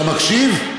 אתה מקשיב?